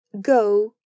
go